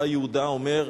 בא יהודה ואומר: